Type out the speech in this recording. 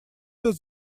does